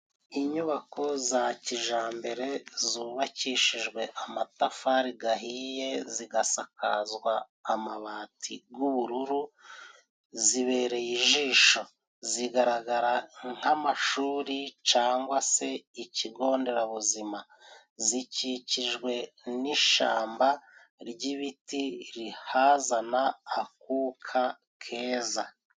Inyubako za kijambere zubakishijwe amatafari gahiye zigasakazwa amabati gw'ubururu, zibereye ijisho. Zigaragara nk'amashuri cangwa se ikigo nderabuzima. Zikikijwe n'ishamba ry'ibiti rihazana akuka keza.